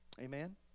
Amen